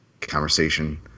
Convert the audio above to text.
conversation